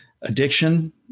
addiction